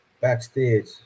backstage